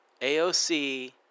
AOC